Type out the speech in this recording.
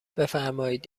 بفرمایید